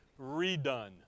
redone